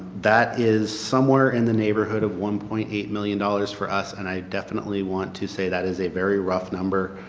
that is somewhere in the neighborhood of one point eight million dollars for us and i do want to say that is a very rough number.